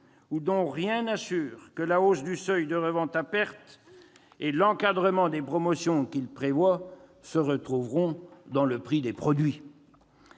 que rien n'assure que la hausse du seuil de revente à perte et l'encadrement des promotions qu'il prévoit se retrouveront bien dans le prix des produits.